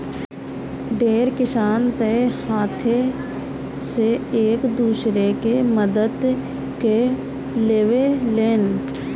ढेर किसान तअ हाथे से एक दूसरा के मदद कअ लेवेलेन